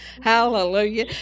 Hallelujah